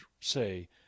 say